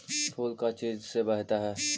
फूल का चीज से बढ़ता है?